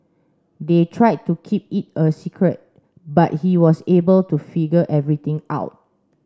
they tried to keep it a secret but he was able to figure everything out